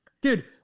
dude